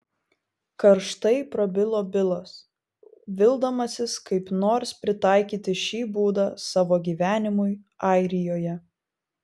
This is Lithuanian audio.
karštai prabilo bilas vildamasis kaip nors pritaikyti šį būdą savo gyvenimui airijoje